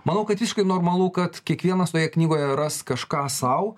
manau kad visiškai normalu kad kiekvienas toje knygoje ras kažką sau